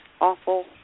awful